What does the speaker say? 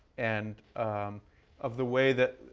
and of the way that,